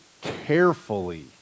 carefully